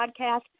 podcast